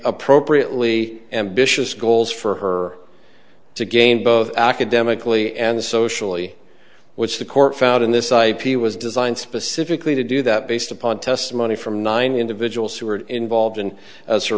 appropriately ambitious goals for her to gain both academically and socially which the court found in this ip was designed specifically to do that based upon testimony from nine individuals who were involved and as a